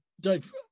Dave